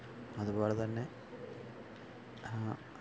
അതുപോലെതന്നെ